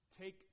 take